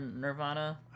Nirvana